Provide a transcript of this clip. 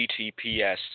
https